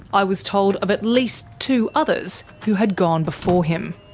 i was told of at least two others who had gone before him.